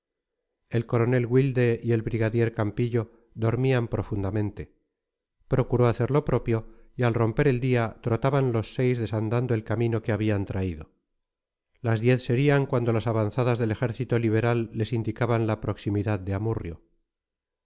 el coronel wilde y el brigadier campillo dormían profundamente procuró hacer lo propio y al romper el día trotaban los seis desandando el camino que habían traído las diez serían cuando las avanzadas del ejército liberal les indicaban la proximidad de amurrio